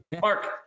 Mark